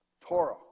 Torah